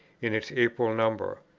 in its april number.